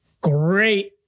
Great